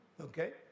Okay